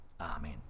Amen